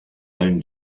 own